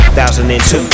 2002